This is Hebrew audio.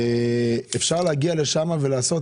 אפשר להגיע לשם ולפעול.